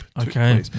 Okay